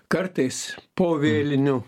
kartais po vėlinių